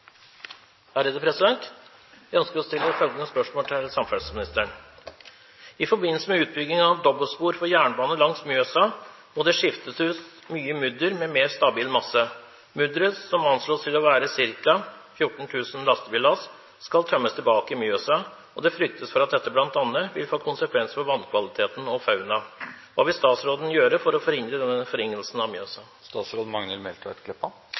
forbindelse med utbygging av dobbeltspor for jernbane langs Mjøsa må det skiftes ut mye mudder med mer stabil masse. Mudderet som anslås å være ca. 14 000 lastebillass, skal tømmes tilbake i Mjøsa, og det fryktes for at dette bl.a. vil få konsekvenser for vannkvaliteten og fauna. Hva vil statsråden gjøre for å forhindre denne forringelsen av Mjøsa?»